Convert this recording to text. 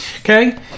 Okay